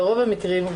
ברוב המקרים,